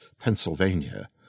Pennsylvania